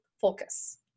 focus